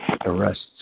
arrests